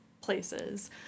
places